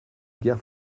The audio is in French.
guerre